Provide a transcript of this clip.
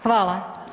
Hvala.